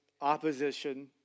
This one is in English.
opposition